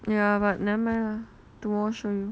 yeah but never mind lah tomorrow show you